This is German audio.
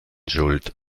schuld